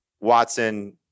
Watson